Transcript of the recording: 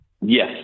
Yes